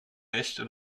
rechte